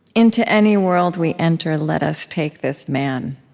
into any world we enter, let us take this man.